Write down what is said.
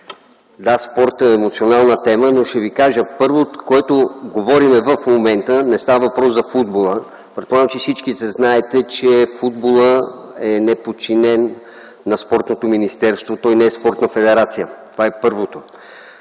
да, спортът е емоционална тема, но ще Ви кажа, че това, което говорим в момента, не става въпрос за футбола, предполагам, че всички знаете, че футболът не е подчинен на Спортното министерство. Той не е спортна федерация. Това е първото.